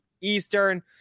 Eastern